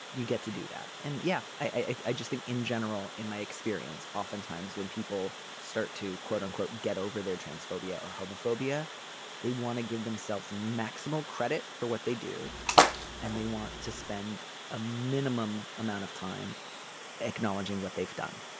you get to do that. and yeah i just think in general in my experience oftentimes when people start to quote unquote get over their transphobia or homophobia they want to give themselves maximal credit for what they do and they want to spend a minimum amount of time acknowledging what they've done